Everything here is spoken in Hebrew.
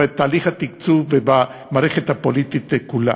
בתהליך התקצוב ובמערכת הפוליטית כולה.